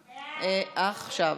עכשיו.